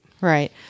Right